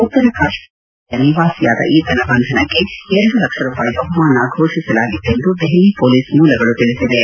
ಉತ್ತರ ಕಾಶ್ಮೀರದ ಕುಪ್ವಾರಾ ಜಿಲ್ಲೆಯ ನಿವಾಸಿಯಾದ ಈತನ ಬಂಧನಕ್ಕೆ ಎರಡು ಲಕ್ಷ ರೂಪಾಯಿ ಬಹುಮಾನ ಘೋಷಿಸಲಾಗಿತ್ತೆಂದು ದೆಹಲಿ ಪೊಲೀಸ್ ಮೂಲಗಳು ತಿಳಿಸಿವೆ